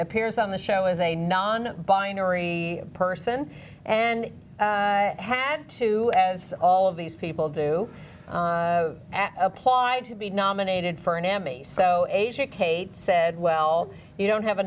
appears on the show as a non binary person and had to as all of these people do applied to be nominated for an emmy so kate said well you don't have a